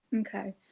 okay